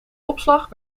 opslag